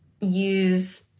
use